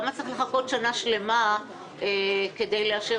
למה צריך לחכות שנה שלמה כדי לאשר